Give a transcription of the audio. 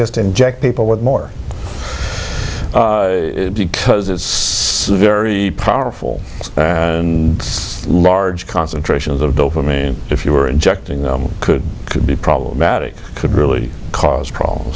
just inject people with more because it's a very powerful and large concentration of the mean if you were injecting them could be problematic could really cause problems